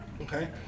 Okay